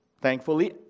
thankfully